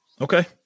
Okay